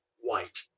white